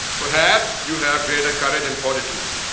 perhaps you have greater courage and fortitude.